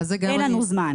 אין לנו זמן.